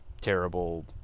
terrible